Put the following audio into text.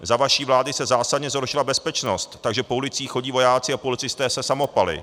Za vaší vlády se zásadně zhoršila bezpečnost, takže po ulicích chodí vojáci a policisté se samopaly.